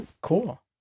Cool